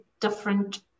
different